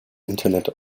internet